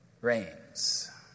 reigns